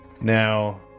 Now